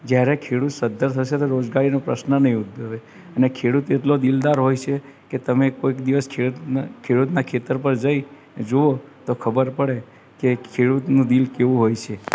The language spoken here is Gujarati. જ્યારે ખેડૂત સદ્ધર થશે તો રોજગારીનો પ્રશ્ન નહીં ઉદ્ભવે અને ખેડૂત એટલો દિલદાર હોય છે કે તમે કોઈક દિવસ ખેડૂતને ખેડૂતના ખેતર પર જઈ અને જુઓ તો ખબર પડે કે ખેડૂતનું દિલ કેવું હોય છે